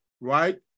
right